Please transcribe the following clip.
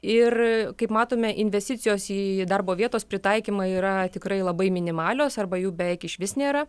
ir kaip matome investicijos į darbo vietos pritaikymą yra tikrai labai minimalios arba jų beveik išvis nėra